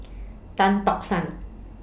Tan Tock San